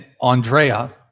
Andrea